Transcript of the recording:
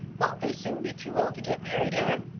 won't they soon be too old to get married, anne?